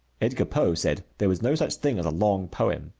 edgar poe said there was no such thing as a long poem.